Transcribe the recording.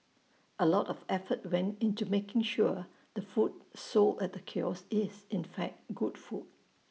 A lot of effort went into making sure the food sold at the kiosk is in fact good food